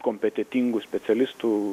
kompetentingų specialistų